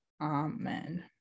Amen